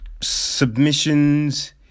submissions